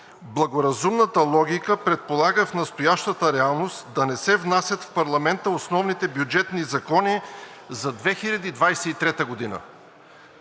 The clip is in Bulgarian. „Благоразумната логика предполага в настоящата реалност да не се внасят в парламента основните бюджетни закони за 2023 г.“